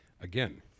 Again